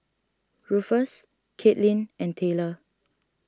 Ruffus Katelin and Tayler